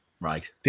right